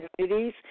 communities